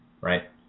Right